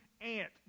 ant